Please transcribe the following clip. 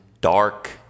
dark